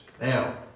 Now